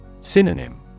Synonym